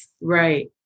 Right